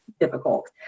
Difficult